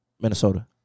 Minnesota